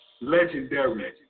legendary